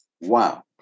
Wow